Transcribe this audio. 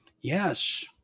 Yes